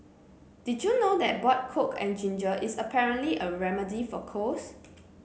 did you know that boiled coke and ginger is apparently a remedy for colds